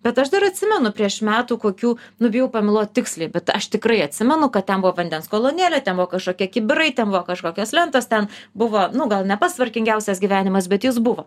bet aš dar atsimenu prieš metų kokių nu bijau pameluot tiksliai bet aš tikrai atsimenu kad ten buvo vandens kolonėlė ten buvo kažkokie kibirai ten buvo kažkokios lentos ten buvo nu gal ne pats tvarkingiausias gyvenimas bet jis buvo